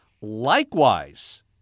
Likewise